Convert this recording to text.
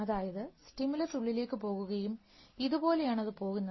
അതായത് സ്റ്റിമുലസ് ഉള്ളിലേക്ക് പോകുകയും ഇതുപോലെയാണ് അതു പോകുന്നത്